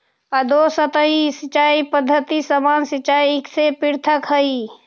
अधोसतही सिंचाई के पद्धति सामान्य सिंचाई से पृथक हइ